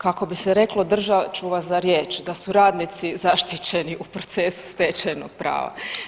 Kako bi se reklo, držat ću vas za riječ da su radnici zaštićeni u procesu stečajnog prava.